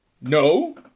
no